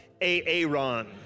aaron